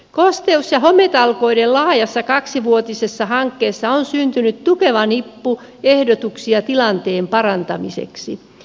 kosteus ja hometalkoiden laajassa kaksivuotisessa hankkeessa on syntynyt tukeva nippu ehdotuksia tilanteen parantamiseksi